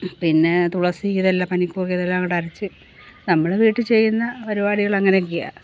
പിന്നെ തുളസി ഇതെല്ലാം പനിക്കൂർക്ക ഇതെല്ലം കൂടെ അരച്ച് നമ്മുടെ വീട്ടിൽ ചെയ്യുന്ന പരിപാടികൾ അങ്ങനൊക്കെയാ